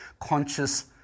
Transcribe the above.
conscious